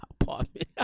apartment